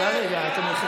מה, אני החשמלאי?